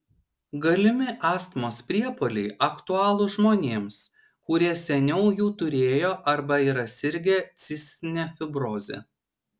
galimi astmos priepuoliai aktualūs žmonėms kurie seniau jų turėjo arba yra sirgę cistine fibroze